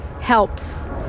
helps